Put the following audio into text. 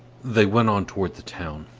they went on toward the town.